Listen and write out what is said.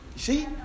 See